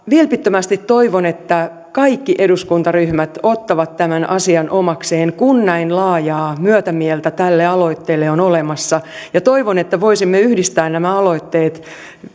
vilpittömästi toivon että kaikki eduskuntaryhmät ottavat tämän asian omakseen kun näin laajaa myötämieltä tälle aloitteelle on olemassa ja toivon että voisimme yhdistää nämä aloitteet